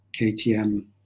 KTM